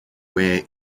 where